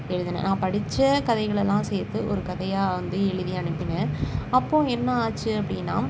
எழுதினேன் நான் படித்த கதைகளெல்லாம் சேர்த்து ஒரு கதையாக வந்து எழுதி அனுப்பினேன் அப்போது என்ன ஆச்சு அப்படின்னா